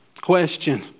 Question